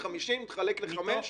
250 תחלק בחמש,